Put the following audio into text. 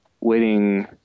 waiting